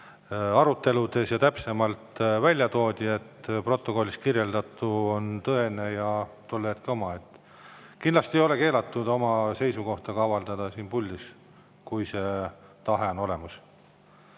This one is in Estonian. aruteludes täpselt välja toodi. Protokollis kirjeldatu on tõene ja tollele hetkele vastav. Kindlasti ei ole keelatud oma seisukohta avaldada siin puldis, kui see tahe on olemas. Nii,